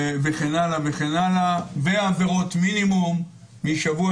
וכן הלאה וכן הלאה ועונשי מינימום משבוע